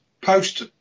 post